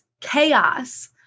chaos